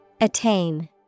Attain